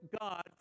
God